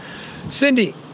Cindy